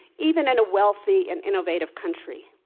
even in a wealthy and innovative country.